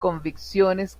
convicciones